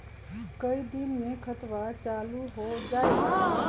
कई दिन मे खतबा चालु हो जाई?